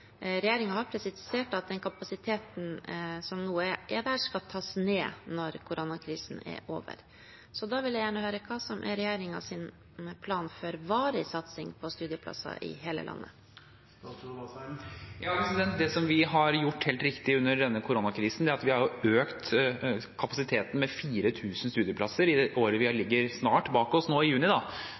har presisert at den kapasiteten som nå er der, skal tas ned når koronakrisen er over. Da vil jeg gjerne høre hva som er regjeringens plan for varig satsing på studieplasser i hele landet. Det vi har gjort, helt riktig, under koronakrisen, er å øke kapasiteten med 4 000 studieplasser i det året vi snart legger bak oss – i juni.